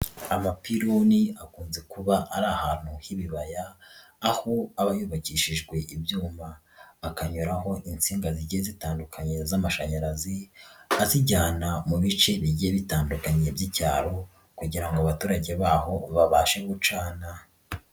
Amapironi akunze kuba ari ahantu h'ibibaya, aho aba yubakishijwe ibyuma akanyuraho insinga zigiye zitandukanye z'amashanyarazi, azijyana mu bice bigiye bitandukanye by'icyaro kugira ngo abaturage b'aho babashe gucana.